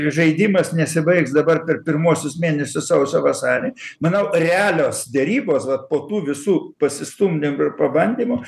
žaidimas nesibaigs dabar per pirmuosius mėnesius sausio vasarį manau realios derybos vat po tų visų pasistumdymų ir pabandymų